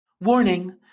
Warning